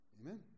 amen